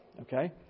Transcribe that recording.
okay